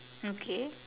okay